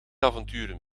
avonturen